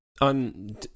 on